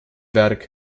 werk